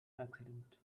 accident